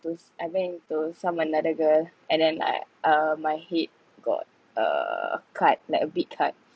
those I banged into some another girl and then like uh my head got uh cut like a bit cut